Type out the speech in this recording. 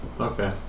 Okay